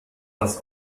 das